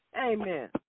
Amen